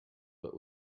but